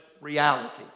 reality